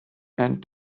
and